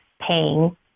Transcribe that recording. paying